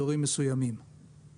הם עושים עבודת קודש, עבודה מדהימה.